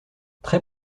très